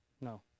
no